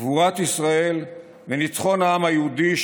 גבורת ישראל וניצחון העם היהודי,